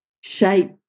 shape